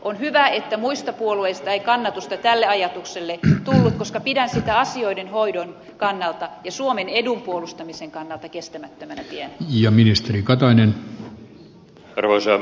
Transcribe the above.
on hyvä että muista puolueista ei kannatusta tälle ajatukselle tullut koska pidän sitä asioiden hoidon kannalta ja suomen edun puolustamisen kannalta kestämättömänä tienä